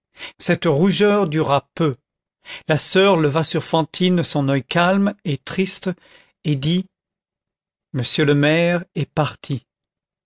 cette rougeur dura peu la soeur leva sur fantine son oeil calme et triste et dit monsieur le maire est parti